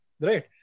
right